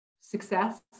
success